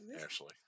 ashley